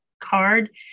card